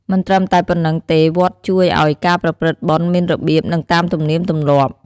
មិនត្រឹមតែប៉ុន្នឹងទេវត្តជួយអោយការប្រព្រឹត្តបុណ្យមានរបៀប និងតាមទំនៀមទម្លាប់។